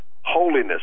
holiness